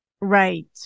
right